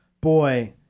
boy